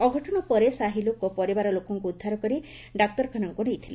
ଅଘଟଣ ପରେ ସାହି ଲୋକେ ପରିବାର ଲୋକଙ୍ଙୁ ଉଦ୍ଧାର କରି ଡାକ୍ତରଖାନା ନେଇଥିଲେ